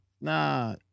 Nah